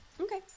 Okay